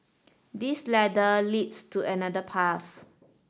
this ladder leads to another path